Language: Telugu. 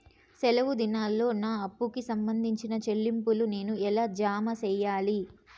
సెలవు దినాల్లో నా అప్పుకి సంబంధించిన చెల్లింపులు నేను ఎలా జామ సెయ్యాలి?